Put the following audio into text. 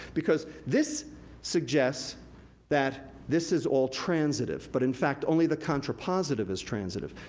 because this suggests that this is all transitive. but, in fact, only the contrapositive is transitive.